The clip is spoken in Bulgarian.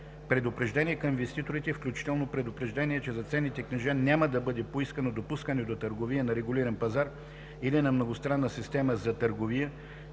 предупреждения към инвеститорите, включително предупреждение, че за ценните книжа няма да бъде поискано допускане до търговия на регулиран пазар или на многостранна система за търговия,